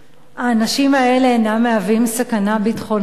האנשים האלה אינם מהווים סכנה ביטחונית,